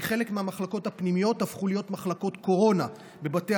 כי חלק מהמחלקות הפנימיות הפכו להיות מחלקות קורונה בבתי